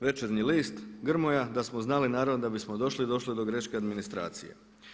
Večernji list“ Grmoja, da smo znali naravno da bismo došli, došlo je do greške administracije.